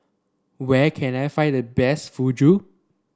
where can I find the best Fugu